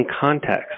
context